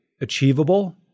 achievable